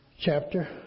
Chapter